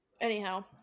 Anyhow